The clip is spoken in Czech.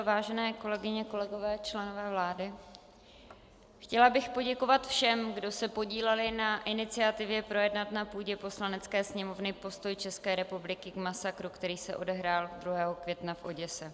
Vážení kolegyně, kolegové členové vlády, chtěla bych poděkovat všem, kdo se podíleli na iniciativě projednat na půdě Poslanecké sněmovny postoj České republiky k masakru, který se odehrál 2. května v Oděse.